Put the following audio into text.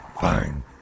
fine